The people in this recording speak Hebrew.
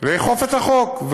לאכוף את החוק,